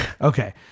Okay